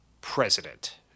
president